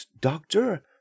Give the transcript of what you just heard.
doctor